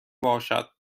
باشد